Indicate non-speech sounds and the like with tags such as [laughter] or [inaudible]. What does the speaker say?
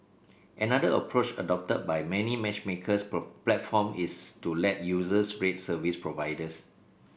another approach adopted by many matchmaking [unintelligible] platform is to let users rate service providers